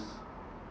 s~